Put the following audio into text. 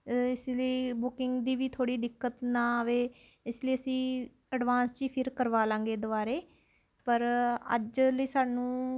ਇਸ ਲਈ ਬੁਕਿੰਗ ਦੀ ਵੀ ਥੋੜ੍ਹੀ ਦਿੱਕਤ ਨਾ ਆਵੇ ਇਸ ਲਈ ਅਸੀਂ ਐਡਵਾਂਸ 'ਚ ਹੀ ਫਿਰ ਕਰਵਾ ਲਵਾਂਗੇ ਦੁਬਾਰਾ ਪਰ ਅੱਜ ਲਈ ਸਾਨੂੰ